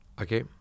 okay